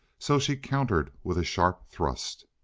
so she countered with a sharp thrust.